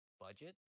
budget